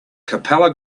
capella